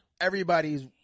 everybody's